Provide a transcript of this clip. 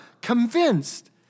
Convinced